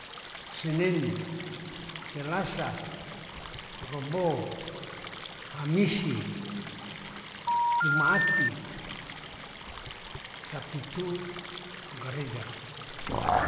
Senen selasa robo hamisi juma'ati sabitu gareja